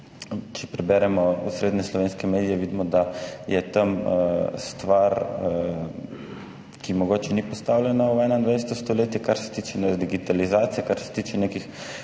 če beremo osrednje slovenske medije, vidimo, da je tam stvar, ki mogoče ni postavljena v 21. stoletje, kar se tiče digitalizacije, kar se tiče nekih